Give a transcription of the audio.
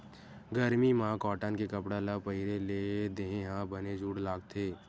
गरमी म कॉटन के कपड़ा ल पहिरे ले देहे ह बने जूड़ लागथे